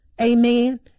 Amen